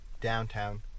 downtown